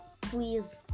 please